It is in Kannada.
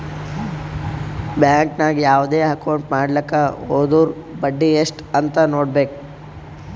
ಬ್ಯಾಂಕ್ ನಾಗ್ ಯಾವ್ದೇ ಅಕೌಂಟ್ ಮಾಡ್ಲಾಕ ಹೊದುರ್ ಬಡ್ಡಿ ಎಸ್ಟ್ ಅಂತ್ ನೊಡ್ಬೇಕ